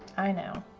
i know.